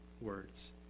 words